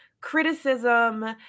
criticism